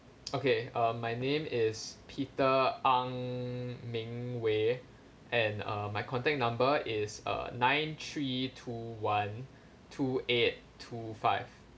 okay um my name is peter ng ming wei and uh my contact number is uh nine three two one two eight two five